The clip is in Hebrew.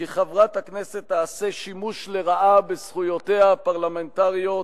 שחברת הכנסת תעשה שימוש לרעה בזכויותיה הפרלמנטריות,